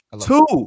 Two